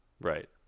right